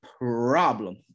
problem